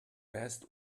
best